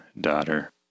daughter